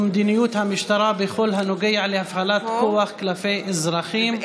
ומדיניות המשטרה בכל הנוגע להפעלת כוח כלפי אזרחים,